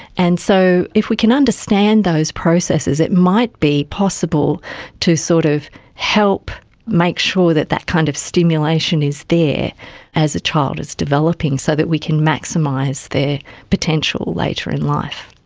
and so if we can understand those processes it might be possible to sort of help make sure that that kind of stimulation is there as a child is developing so that we can maximise their potential later in life.